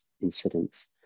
incidents